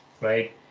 right